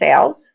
sales